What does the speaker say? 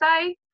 say